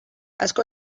asko